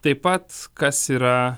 taip pat kas yra